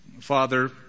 Father